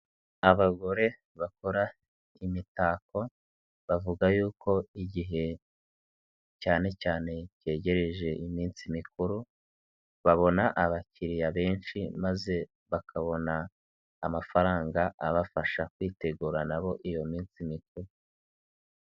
Abagore bakora imitako, bavuga yuko igihe cyane cyane kegereje iminsi mikuru, babona abakiriya benshi, maze bakabona amafaranga abafasha kwitegura na bo iyo minsi mikuru.